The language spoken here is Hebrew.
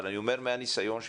אני אומר מהניסיון שלי,